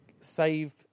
save